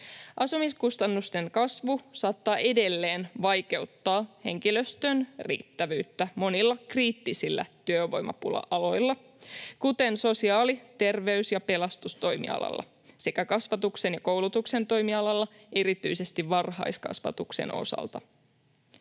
Asumiskustannusten kasvu saattaa edelleen vaikeuttaa henkilöstön riittävyyttä monilla kriittisillä työvoimapula-aloilla, kuten sosiaali-, terveys- ja pelastustoimialalla sekä kasvatuksen ja koulutuksen toimialalla, erityisesti varhaiskasvatuksen osalta.